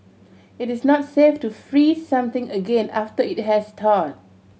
it is not safe to freeze something again after it has thawed